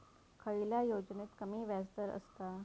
खयल्या योजनेत कमी व्याजदर असता?